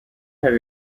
have